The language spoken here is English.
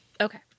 Okay